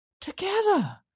together